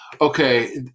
Okay